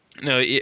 No